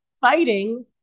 fighting